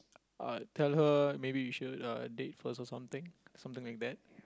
uh tell her maybe we should uh date first or something something like that